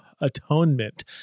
atonement